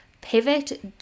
pivot